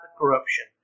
corruption